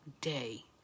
day